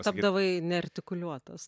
tapdavai neartikuliuotas